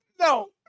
no